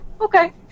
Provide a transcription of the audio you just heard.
okay